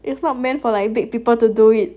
it's not meant for like big people to do it